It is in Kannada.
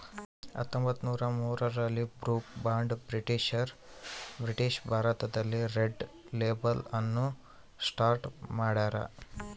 ಹತ್ತೊಂಬತ್ತುನೂರ ಮೂರರಲ್ಲಿ ಬ್ರೂಕ್ ಬಾಂಡ್ ಬ್ರಿಟಿಷ್ ಭಾರತದಲ್ಲಿ ರೆಡ್ ಲೇಬಲ್ ಅನ್ನು ಸ್ಟಾರ್ಟ್ ಮಾಡ್ಯಾರ